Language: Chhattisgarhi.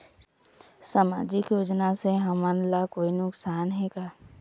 सामाजिक योजना से हमन ला कोई नुकसान हे का?